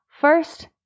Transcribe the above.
First